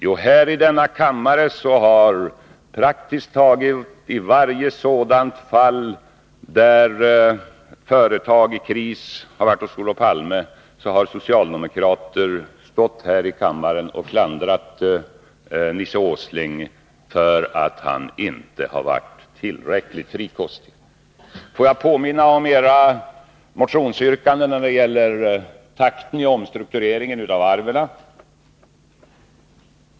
Jo, praktiskt taget i varje sådant fall, där ett företag i kris besökt Olof Palme, har socialdemokraterna sedan stått här i kammaren och klandrat Nils Åsling för att han inte varit tillräckligt frikostig. Får jag påminna om socialdemokraternas motionsyrkanden beträffande takten i omstruktureringen av varven.